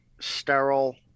sterile